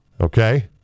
Okay